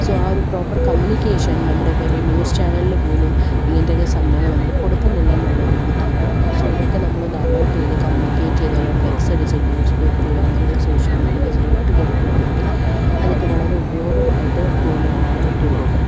so ആ ഒരു proper communication നമ്മുടെ ഇപ്പോളൊരു ന്യൂസ് ചാനലില് പോലും ഇങ്ങനത്തെയൊക്കെ സംഭവങ്ങളൊന്നും കൊടുക്കുന്നില്ല എന്നുള്ളൊരു ബുദ്ധിമുട്ടുണ്ട് സോ ഇതൊക്കെ നമ്മളൊന്ന് അലേർട്ട് ചെയ്ത് കമ്മ്യൂണിക്കേറ്റ് ചെയ്ത് അല്ലെങ്കില് ഫ്ലെക്സ് അടിച്ചിട്ട് ന്യൂസ് പേപ്പറിലോ അങ്ങനെയുള്ള സോഷ്യൽ മീഡിയാസിലോ ഇട്ടുകൊടുക്കുകയാണെങ്കില് അതൊക്കെ വളരെ ഉപയോഗമായിട്ട് തോന്നുമെന്നാണ് എൻ്റെയൊരിത്